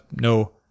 No